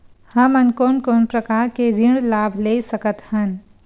हमन कोन कोन प्रकार के ऋण लाभ ले सकत हन?